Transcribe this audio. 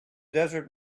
desert